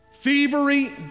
thievery